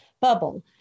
bubble